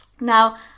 Now